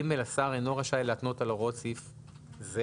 (ג)השר אינו רשאי להתנות על הוראות סעיף זה,